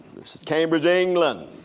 this is cambridge, england,